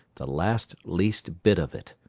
the last least bit of it.